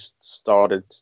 started